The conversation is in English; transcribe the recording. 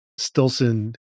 Stilson